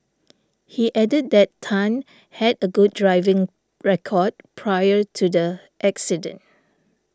he added that Tan had a good driving record prior to the accident